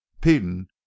peden